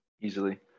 Easily